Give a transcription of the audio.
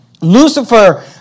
Lucifer